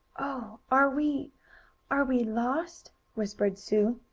oh! are we are we lost? whispered sue.